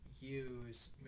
use